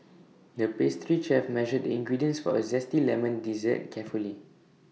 the pastry chef measured the ingredients for A Zesty Lemon Dessert carefully